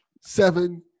Seven